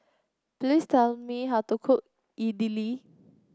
please tell me how to cook Idili